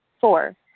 Four